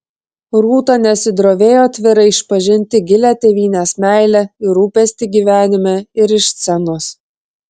rūta nesidrovėjo atvirai išpažinti gilią tėvynės meilę ir rūpestį gyvenime ir iš scenos